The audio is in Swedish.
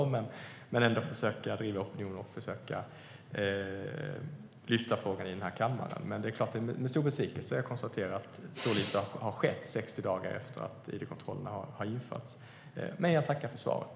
Men vi kan ändå försöka driva opinionen och försöka lyfta upp frågan i den här kammaren. Det är klart att det är med stor besvikelse jag konstaterar att så lite har skett 60 dagar efter att id-kontrollerna infördes, men jag tackar för svaret.